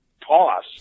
toss